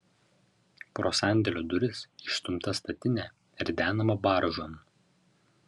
pro sandėlio duris išstumta statinė ridenama baržon